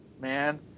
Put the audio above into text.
man